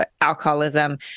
alcoholism